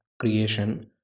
creation